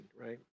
right